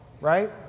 right